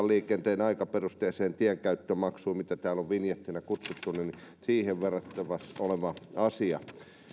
liikenteen aikaperusteiseen tienkäyttömaksuun mitä täällä on vinjetiksi kutsuttu verrattavissa oleva asia näissä eri